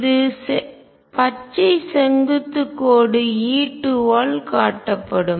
இது பச்சை செங்குத்து கோடு E2 ஆல் காட்டப்படும்